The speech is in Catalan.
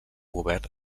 govern